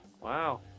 Wow